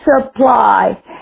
supply